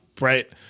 right